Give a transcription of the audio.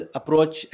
approach